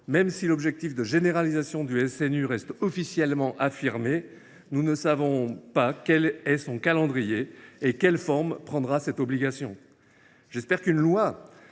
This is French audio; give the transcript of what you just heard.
même si l’objectif de généralisation du SNU reste officiellement affirmé, nous ne savons pas quel est son calendrier et quelle forme prendra cette obligation. J’espère qu’un